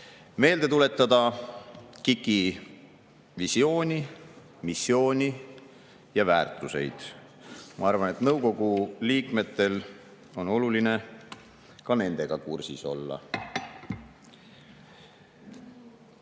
meelde tuletada KIK-i visiooni, missiooni ja väärtuseid. Ma arvan, et nõukogu liikmetel on oluline ka nendega kursis olla.